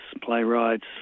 playwrights